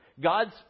God's